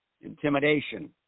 intimidation